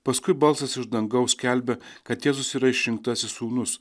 paskui balsas iš dangaus skelbia kad jėzus yra išrinktasis sūnus